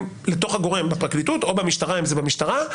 לתוך הגורם בפרקליטות או במשטרה אם זה במשטרה,